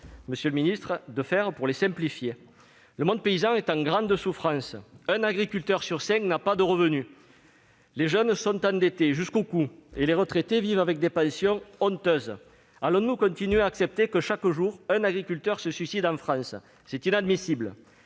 monsieur le ministre ? Le monde paysan est en grande souffrance. Un agriculteur sur cinq n'a pas de revenu, les jeunes sont endettés jusqu'au cou et les retraités vivent avec des pensions honteuses. Allons-nous continuer à accepter que, chaque jour, un agriculteur se suicide en France ? C'est inadmissible